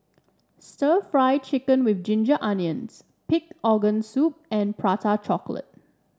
stir Fry Chicken with Ginger Onions Pig's Organ Soup and Prata Chocolate